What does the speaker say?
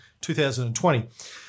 2020